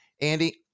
Andy